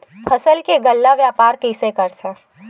फसल के गल्ला व्यापार कइसे करथे?